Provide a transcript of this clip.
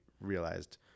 realized